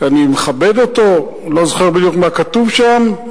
אני מכבד אותו, לא זוכר בדיוק מה כתוב שם,